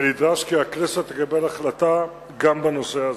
ונדרש כי הכנסת תקבל החלטה גם בנושא הזה.